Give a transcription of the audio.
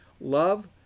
Love